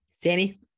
Sammy